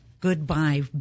goodbye